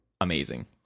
Amazing